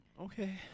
Okay